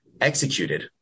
executed